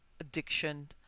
addiction